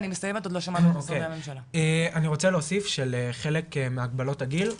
אוקי, אני רוצה להוסיף שחלק מהגבלות הגיל,